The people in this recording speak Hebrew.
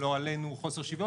או לא עלינו חוסר שוויון?